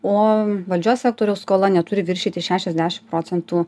o valdžios sektoriaus skola neturi viršyti šešiasdešim procentų